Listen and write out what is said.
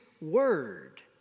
word